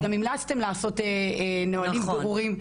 גם המלצתם לעשות נהלים ברורים.